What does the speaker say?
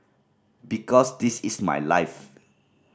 because this is my life